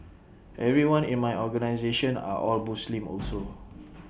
everyone in my organisation are all Muslim also